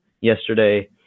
yesterday